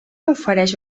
ofereix